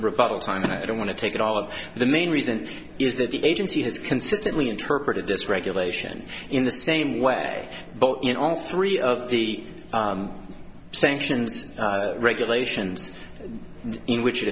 republics i mean i don't want to take it all of the main reason is that the agency has consistently interpreted this regulation in the same way but in all three of the sanctions regulations in which it